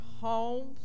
homes